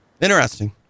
Interesting